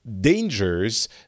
dangers